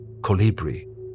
colibri